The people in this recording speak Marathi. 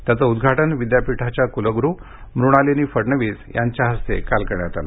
त्याचे उद्घाटन विद्यापीठाच्या कुलगुरु मृणालिनी फडणवीस यांच्या हस्ते काल करण्यात आले